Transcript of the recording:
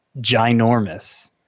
ginormous